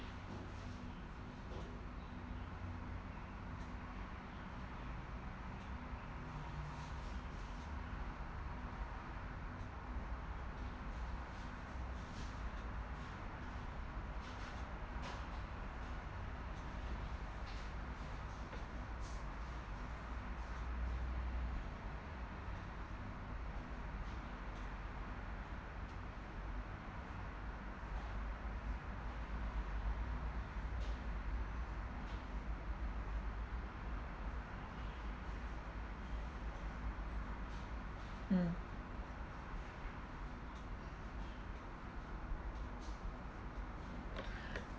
mm